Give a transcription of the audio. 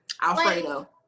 Alfredo